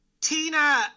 Tina